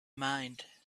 mind